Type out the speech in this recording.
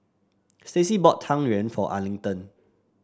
Staci bought Tang Yuen for Arlington